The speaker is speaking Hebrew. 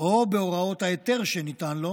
או בהוראות ההיתר שניתן לו,